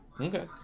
Okay